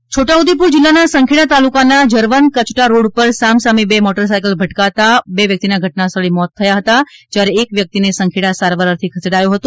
અકસ્માત છોટા ઉદેપુર જિલ્લાના સંખેડા તાલુકાના જરવન કછટા રોડ પર સામ સામે બે મોટર સાયકલ ભટકાતાં બે વ્યકિતના ઘટનસ્થળે મોત થયા હતા જયારે એક વ્યક્તિ ને સંખેડા સારવાર અર્થે ખસેડાયો હતો